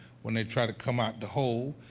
when they're trying to come out the hole,